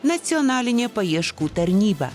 nacionalinė paieškų tarnyba